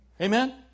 Amen